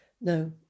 no